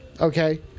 Okay